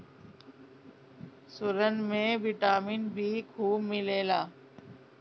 सुरन में vitamin B खूब मिलेला